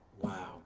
Wow